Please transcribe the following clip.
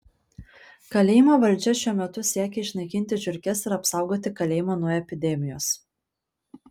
kalėjimo valdžia šiuo metu siekia išnaikinti žiurkes ir apsaugoti kalėjimą nuo epidemijos